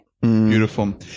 Beautiful